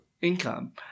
income